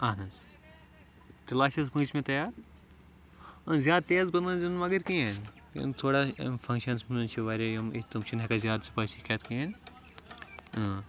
اہن حظ تیٚلہِ آسہِ حٕظ پوٗنٛژمہِ تَیار زیادٕ تیز بَنٲوزیٚو نہٕ مَگَر کینٛہہ یِم تھوڑا یِم فَنٛگشَنَس مَنٛز چھِ واریاہ یِم اتھ تِم چھِ نہٕ ہیٚکان زیادٕ سپایسی کھیٚتھ کِہیٖنۍ اۭں